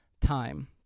time